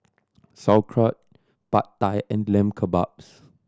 Sauerkraut Pad Thai and Lamb Kebabs